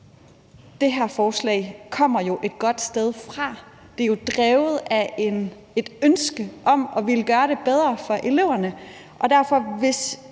Det her forslag kommer jo et godt sted fra. Det er drevet af et ønske om at ville gøre det bedre for eleverne, og derfor vil